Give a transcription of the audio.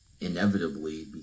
inevitably